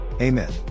Amen